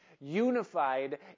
unified